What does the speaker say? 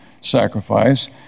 sacrifice